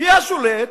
היא השולט,